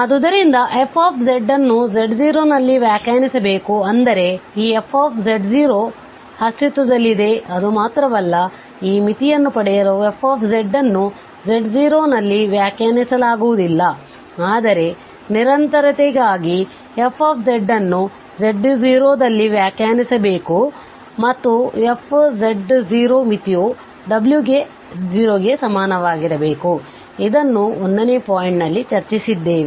ಆದ್ದರಿಂದ fಅನ್ನು z0ನಲ್ಲಿ ವ್ಯಾಖ್ಯಾನಿಸಬೇಕು ಅಂದರೆ ಈf ಅಸ್ತಿತ್ವದಲ್ಲಿದೆ ಅದು ಮಾತ್ರವಲ್ಲ ಈ ಮಿತಿಯನ್ನು ಪಡೆಯಲು f ಅನ್ನುz0 ನಲ್ಲಿ ವ್ಯಾಖ್ಯಾನಿಸಲಾಗುವುದಿಲ್ಲ ಆದರೆ ನಿರಂತರತೆಗೆ ಗಾಗಿ f ಅನ್ನು z0ದಲ್ಲಿ ವ್ಯಾಖ್ಯಾನಿಸಬೇಕು ಮತ್ತು ಈ f ಮಿತಿಯು w0 ಗೆ ಸಮಾನವಾಗಿರಬೇಕು ಇದನ್ನು 1ನೇ ಪಾಯಿಂಟ್ ನಲ್ಲಿ ಚರ್ಚಿಸಿದ್ದೇವೆ